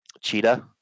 Cheetah